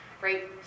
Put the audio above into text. right